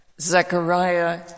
Zechariah